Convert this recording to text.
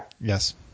Yes